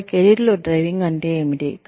ఒకరి కెరీర్ లో డ్రైవింగ్ అంటే ఏమిటి